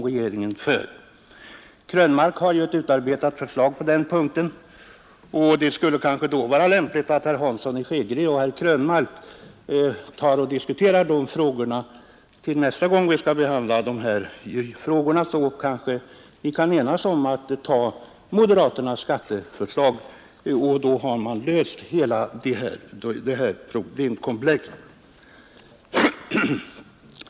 Herr Krönmark har ju där ett utarbetat förslag, och det kanske vore lämpligt att herr Hansson och herr Krönmark diskuterade med varandra om det till nästa gång vi skall behandla dessa frågor; då kan vi måhända ena oss om att anta moderaternas skatteförslag, och då skulle vi ha löst hela detta problemkomplex.